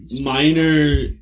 minor